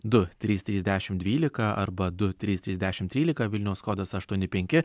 du trys trys dešimt dvylika arba du trys trys dešimt trylika vilniaus kodas aštuoni penki